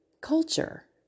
culture